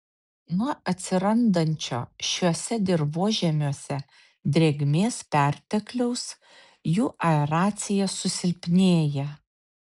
nuo atsirandančio šiuose dirvožemiuose drėgmės pertekliaus jų aeracija susilpnėja